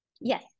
Yes